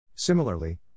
Similarly